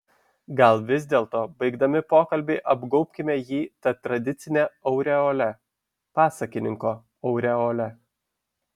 gal vis dėlto baigdami pokalbį apgaubkime jį ta tradicine aureole pasakininko aureole